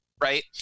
Right